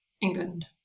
England